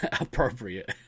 appropriate